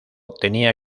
tenía